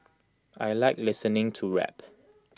I Like listening to rap